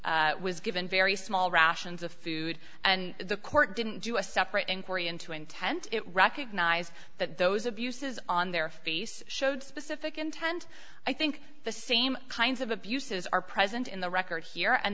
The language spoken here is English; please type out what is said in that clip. beaten was given very small rations of food and the court didn't do a separate inquiry into intent it recognized that those abuses on their face showed specific intent i think the same kinds of abuses are present in the record here and